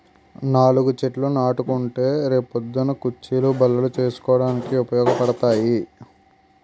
నాలుగు చెట్లు నాటుకుంటే రే పొద్దున్న కుచ్చీలు, బల్లలు చేసుకోడానికి ఉపయోగపడతాయి